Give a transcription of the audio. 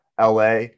LA